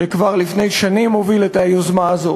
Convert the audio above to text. שכבר לפני שנים הוביל את היוזמה הזו,